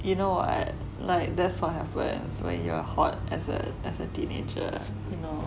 you know what like that's what happens when you are hot as a as a teenager you know